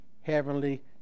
heavenly